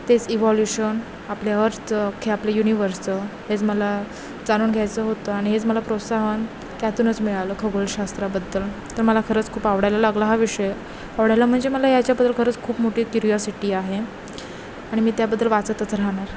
तेच इवॉल्युशन आपले अर्थचं खे आपले युनिवर्सचं हेच मला जाणून घ्यायचं होतं आणि हेच मला प्रोत्साहन त्यातूनच मिळालं खगोलशास्त्राबद्दल तर मला खरंच खूप आवडायला लागला हा विषय आवडायला म्हणजे मला याच्याबद्दल खरंच खूप मोठी क्युरिऑसिटी आहे आणि मी त्याबद्दल वाचतच राहणार